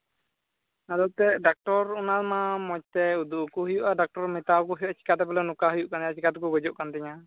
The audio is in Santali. ᱟᱫᱚ ᱮᱱᱛᱮᱜ ᱰᱟᱠᱴᱚᱨ ᱚᱱᱟ ᱨᱮᱱᱟᱜ ᱢᱚᱡᱽ ᱛᱮ ᱩᱫᱩᱜ ᱟᱠᱚ ᱦᱩᱭᱩᱜᱼᱟ ᱰᱟᱠᱴᱚᱨ ᱢᱮᱛᱟᱣᱟᱠᱚ ᱦᱩᱭᱩᱜᱼᱟ ᱪᱤᱠᱟ ᱛᱮ ᱱᱚᱝᱠᱟ ᱦᱩᱭᱩᱜ ᱠᱟᱱᱟ ᱪᱤᱠᱟᱛᱮᱠᱚ ᱜᱚᱡᱚᱜ ᱠᱟᱱ ᱛᱤᱧᱟ